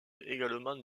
également